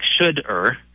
should-er